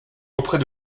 auprès